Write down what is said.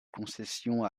concession